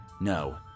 No